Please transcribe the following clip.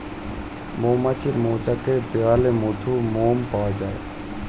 মৌমাছির মৌচাকের দেয়ালে মধু, মোম পাওয়া যায়